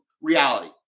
reality